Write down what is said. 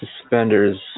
suspenders